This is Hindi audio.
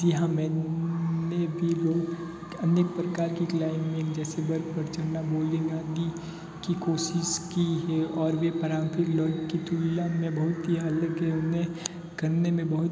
जी हाँ मैंने भी अनेक प्रकार की क्लाइमिंग में जैसे बर्फ पर चलना मोलिंग आदि की कोशिश की है और भी पारंपरिक योग्य की तुलना में बहुत ही अलग हमने करने में बहुत